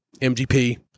MGP